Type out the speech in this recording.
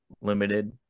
limited